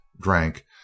drank